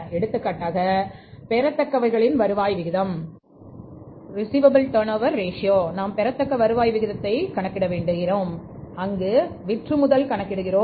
எடுத்துக்காட்டாக பெறத்தக்கவைகள் வருவாய் விகிதம் நாம் பெறத்தக்க வருவாய் விகிதத்தை கணக்கிடுகிறோம் அங்கு விற்றுமுதல் கணக்கிடுகிறோம்